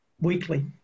weekly